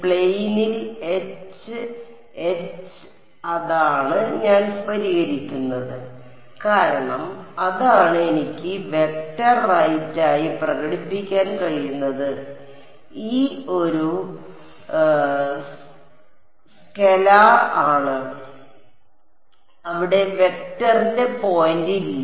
പ്ലെയിനിൽ H H അതാണ് ഞാൻ പരിഹരിക്കുന്നത് കാരണം അതാണ് എനിക്ക് വെക്റ്റർ റൈറ്റ് ആയി പ്രകടിപ്പിക്കാൻ കഴിയുന്നത് E ഒരു സ്കെലാർ ആണ് അവിടെ വെക്ടറിന്റെ പോയിന്റ് ഇല്ല